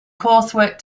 coursework